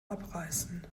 abreißen